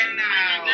now